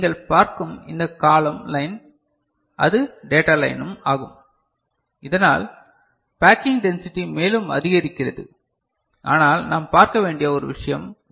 நீங்கள் பார்க்கும் இந்த காலம் லைன் அது டேட்டா லைனும் ஆகும் இதனால் பேக்கிங் டென்சிடி மேலும் அதிகரிக்கிறது ஆனால் நாம் பார்க்க வேண்டிய ஒரு விஷயம் உள்ளது